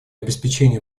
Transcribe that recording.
обеспечения